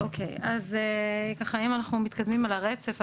אם אנחנו מתקדמים על הרצף,